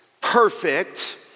perfect